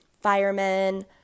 firemen